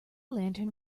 lantern